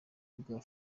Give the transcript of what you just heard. bwa